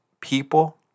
people